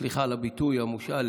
וסליחה עם הביטוי המושאל,